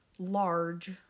large